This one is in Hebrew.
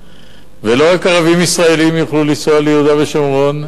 ולא רק ערבים ישראלים יוכלו לנסוע ליהודה ושומרון,